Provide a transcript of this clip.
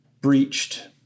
breached